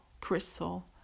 crystal